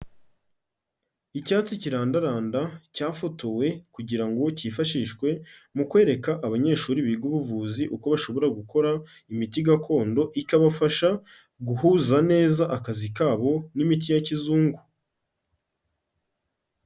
Icyatsi kirandaranda cyafotowe kugira ngo kifashishwe mu kwereka abanyeshuri biga ubuvuzi uko bashobora gukora imiti gakondo, ikabafasha guhuza neza akazi kabo n'imiti ya kizungu.